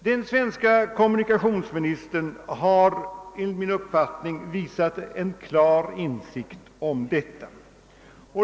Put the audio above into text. Den svenska kommunikationsministern har enligt min uppfattning visat en klar insikt om detta.